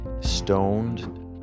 stoned